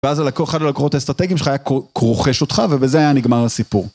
ואז הלקוח, אחד הלקוחות האסטרטגיים שלך היה רוכש אותך ובזה היה נגמר הסיפור.